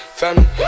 family